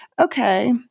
okay